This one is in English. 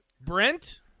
Brent